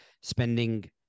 spending